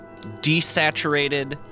desaturated